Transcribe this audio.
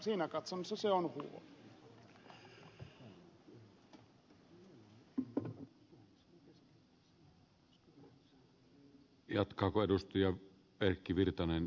siinä katsannossa se on huono